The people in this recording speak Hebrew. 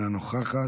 אינה נוכחת,